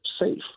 safe